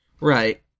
Right